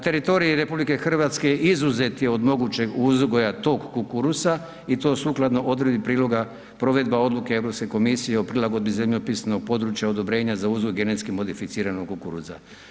Teritorij RH izuzet je od mogućeg uzgoja tog kukuruza i to sukladno odredbi priloga provedba odluke Europske komisije o prilagodbi zemljopisnog područja odobrenja za uzgoj genetski modificiranog kukuruza.